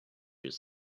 his